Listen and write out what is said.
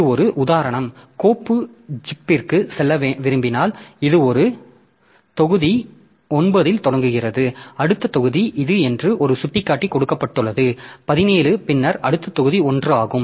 இது ஒரு உதாரணம் கோப்பு ஜீப்பிற்கு செல்ல விரும்பினால் இது தொகுதி 9 இல் தொடங்குகிறது அடுத்த தொகுதி இது என்று ஒரு சுட்டிக்காட்டி கொடுக்கப்பட்டுள்ளது 17 பின்னர் அடுத்த தொகுதி 1 ஆகும்